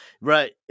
Right